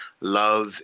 Love